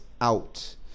out